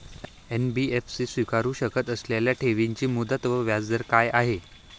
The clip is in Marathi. एन.बी.एफ.सी स्वीकारु शकत असलेल्या ठेवीची मुदत व व्याजदर काय आहे?